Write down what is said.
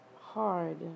hard